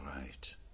right